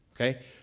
okay